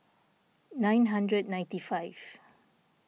nine hundred ninety five